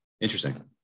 Interesting